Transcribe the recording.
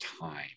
time